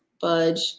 budge